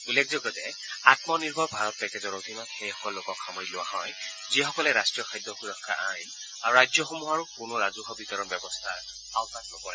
উল্লেখযোগ্য যে আম্মনিৰ্ভৰ ভাৰত পেকেজৰ অধীনত সেইসকল লোকক সামৰি লোৱা হয় যিসকলে ৰাষ্ট্ৰীয় খাদ্য সুৰক্ষা আইন আৰু ৰাজ্যসমূহৰ কোনো ৰাজহুৱা বিতৰণ ব্যৱস্থাৰ আওঁতাত নপৰে